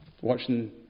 watching